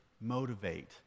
motivate